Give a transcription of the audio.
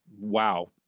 wow